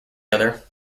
other